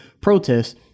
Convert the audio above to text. protests